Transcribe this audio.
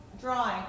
drawing